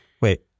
Wait